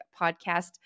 podcast